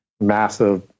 massive